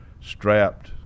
strapped